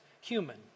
human